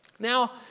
Now